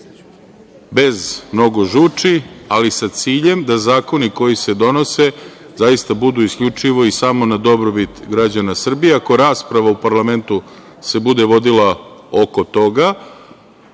mnogo žuči, ali sa ciljem da zakoni koji se donose zaista budu isključivo i samo na dobrobit građana Srbije, ako rasprava u parlamentu se bude vodila oko toga,